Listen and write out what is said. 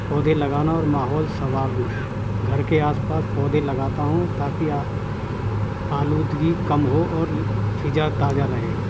پودے لگانا اور ماحول سنوارنا گھر کے آس پاس پودے لگاتا ہوں تاکہ آلودگی کم ہو اور فضا تازہ رہے